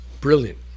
Brilliant